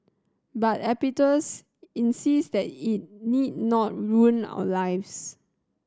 but Epictetus insist that it need not ruin our lives